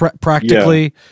practically